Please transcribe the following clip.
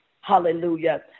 Hallelujah